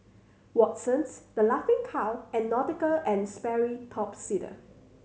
Watsons The Laughing Cow and Nautica and Sperry Top Sider